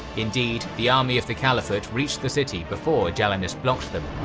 indeed, the army of the caliphate reached the city before jalinus blocked them.